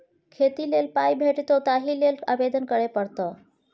खेती लेल पाय भेटितौ ताहि लेल आवेदन करय पड़तौ